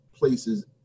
places